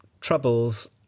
troubles